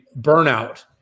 burnout